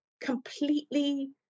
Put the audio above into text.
completely